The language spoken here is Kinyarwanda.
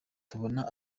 tubona